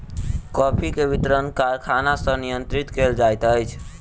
coffee के वितरण कारखाना सॅ नियंत्रित कयल जाइत अछि